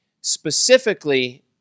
specifically